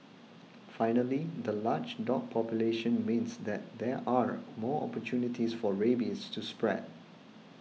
finally the large dog population means that there are more opportunities for rabies to spread